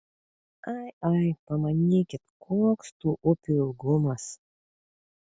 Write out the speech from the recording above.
ai ai pamanykit koks tų upių ilgumas